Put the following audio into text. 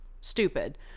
stupid